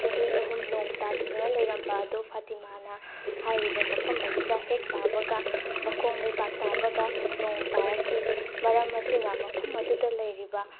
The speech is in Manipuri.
ꯆꯍꯤ ꯑꯍꯨꯝ ꯅꯣꯡ ꯇꯥꯗꯗꯅ ꯂꯩꯔꯝꯕ ꯑꯗꯨ ꯐꯇꯤꯃꯥꯅ ꯍꯥꯏꯔꯤꯕ ꯃꯐꯝ ꯑꯁꯤꯗ ꯍꯦꯛ ꯇꯥꯕꯒ ꯃꯈꯣꯡ ꯂꯩꯕꯥꯛ ꯇꯥꯕꯒ ꯅꯣꯡ ꯇꯥꯔꯛꯈꯤ ꯃꯔꯝ ꯑꯁꯤꯅ ꯃꯐꯝ ꯑꯗꯨꯗ ꯂꯩꯔꯤꯕ